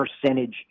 percentage